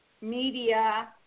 media